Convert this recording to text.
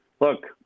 look